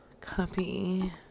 Copy